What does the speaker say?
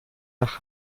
nach